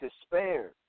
despair